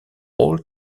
all